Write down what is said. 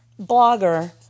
blogger